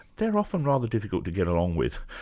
they're often rather difficult to get along with.